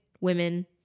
women